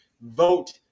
Vote